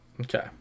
Okay